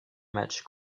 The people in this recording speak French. match